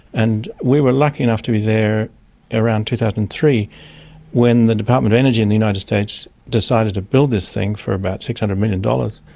and we were lucky enough to be there around two thousand and three when the department of energy in the united states decided to build this thing for about six hundred million dollars.